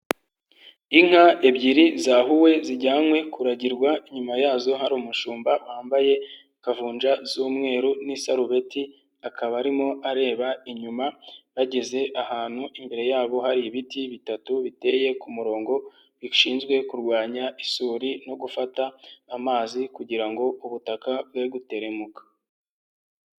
Inka ebyiri zahuwe zijyanywe kuragirwa, inyuma yazo hari umushumba wambaye kavunja z'umweru n'isarubeti, akaba arimo areba inyuma, bageze ahantu imbere yabo hari ibiti bitatu biteye ku murongo, bishinzwe kurwanya isuri no gufata amazi kugira ngo ubutaka bwe gutirimuka.